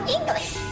English